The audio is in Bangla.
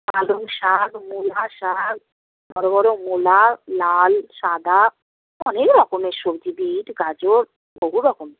পালং শাক মুলো শাক বড়ো বড়ো মুলো লাল সাদা অনেক রকমের সবজি বিট গাজর বহু রকম